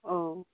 ᱳ